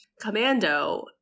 commando